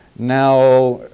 now,